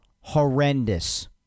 horrendous